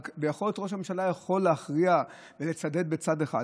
וראש הממשלה יכול להכריע ולצדד בצד אחד,